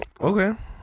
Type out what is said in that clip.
Okay